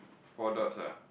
four dots ah